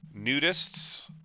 nudists